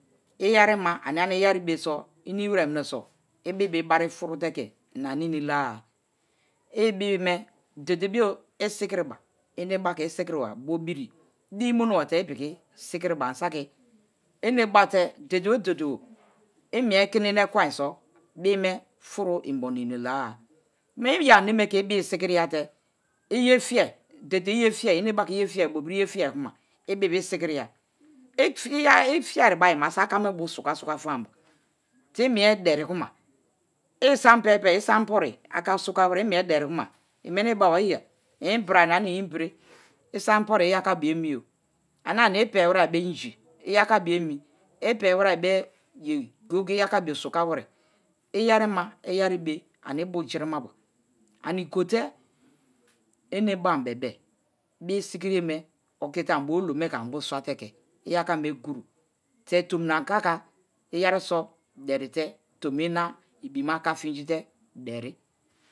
I̱ye̱ri̱ma ania-ania i̱ye̱re̱be̱ so inimi we̱re̱ mine so̱ ibibi bari furute ina mini la-a ibime dede bio isikiriba, emebaka isikiriba bobiri din imonobate-e ipiki sikii i ba ani saka. Ene bate̱ dede bio dede bio imie kinena ekwen so bibi me̱ fu̱ru̱ inbo nini la-a. Iya aneme iyefiye, enebaka iye fiye, bobiri iye fiye kuma ibibi isikiriya ifiya buarima so aka me̱ bio sukasuka fam imie deri kuma, i̱ isan pei pei isan impori aka suka we̱re̱ imie deri kuma imeni beba iya imbraa ania-nia imbree isan impori iya ka bio emi o. Anani ipei bo̱ inji i̱ yaka bio emi ipei we̱re̱ boye go̱ye̱-go̱ye̱ i̱yaka bio suka we̱re̱ iyeri ma iyeri be̱ ani ibujirima ba, ani gote enebaam bebe-e bie sikir-yeme okite anibo olo me̱ anibio swate̱ iyaka me̱ guro te̱ tomina akaka i̱yeriso de̱rite tomi i̱nina aka fi̱nji̱te de̱ri.